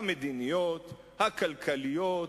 המדיניות, הכלכליות,